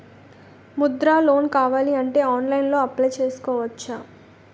Mudra loan కావాలి అంటే ఆన్లైన్లో అప్లయ్ చేసుకోవచ్చా?